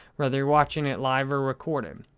whether you're watching it live or recorded.